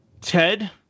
Ted